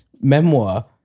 memoir